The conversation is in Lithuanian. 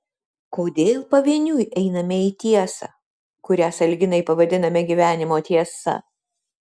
kodėl pavieniui einame į tiesą kurią sąlyginai pavadiname gyvenimo tiesa